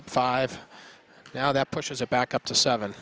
up five now that pushes it back up to seven